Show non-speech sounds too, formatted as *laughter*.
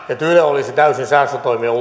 yle olisi täysin säästötoimien *unintelligible*